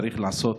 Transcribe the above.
צריך לעשות